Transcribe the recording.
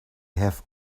have